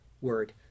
word